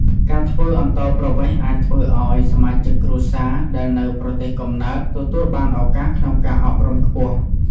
ការធ្វើអន្តោប្រវេស៍អាចធ្វើឱ្យសមាជិកគ្រួសារដែលនៅប្រទេសកំណើតទទួលបានឱកាសក្នុងការអប់រំខ្ពស់។